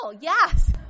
yes